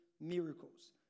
miracles